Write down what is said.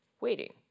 waiting